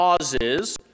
causes